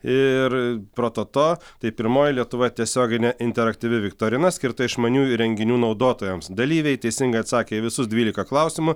ir prototo tai pirmoji lietuvoje tiesioginė interaktyvi viktorina skirta išmanių įrenginių naudotojams dalyviai teisingai atsakę į visus dvylika klausimų